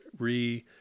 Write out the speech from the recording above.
-re